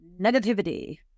negativity